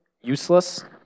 useless